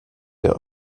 der